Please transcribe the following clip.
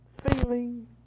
feeling